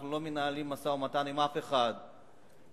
אנחנו לא מנהלים משא-ומתן עם אף אחד מלבדם.